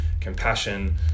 compassion